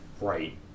Right